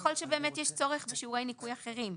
ככל שבאמת יש צורך בשיעורי ניכוי אחרים.